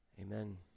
Amen